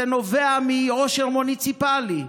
זה נובע מעושר מוניציפלי.